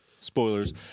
Spoilers